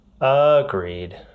Agreed